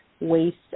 waste